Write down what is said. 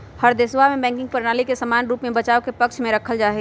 हर देशवा में बैंकिंग प्रणाली के समान रूप से बचाव के पक्ष में रखल जाहई